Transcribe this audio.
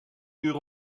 uur